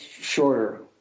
shorter